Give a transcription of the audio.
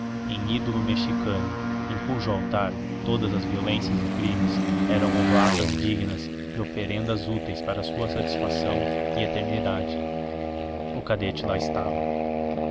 em ídolo mexicano em cujo altar todas as violências e crimes eram oblatas dignas e oferendas úteis para a sua satisfação e eternidade o cadete lá estava